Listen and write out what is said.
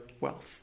wealth